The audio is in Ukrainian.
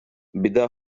біда